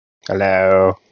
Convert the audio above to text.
Hello